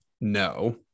No